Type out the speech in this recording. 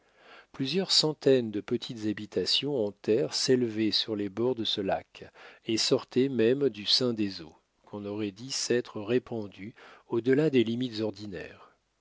plusieurs centaines de petites habitations en terre s'élevaient sur les bords de ce lac et sortaient même du sein des eaux qu'on aurait dit s'être répandues au delà des limites ordinaires